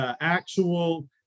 actual